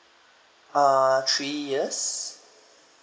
uh three years